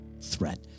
threat